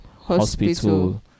hospital